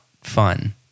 fun